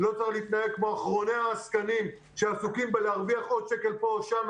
לא צריך להתנהל כמו אחרוני העסקנים שעסוקים בלהרוויח עוד שקל פה או שם,